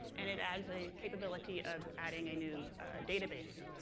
and it adds a capability of adding a new database.